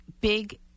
big